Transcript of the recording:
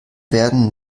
werden